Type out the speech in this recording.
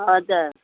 हजुर